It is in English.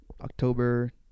October